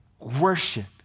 worship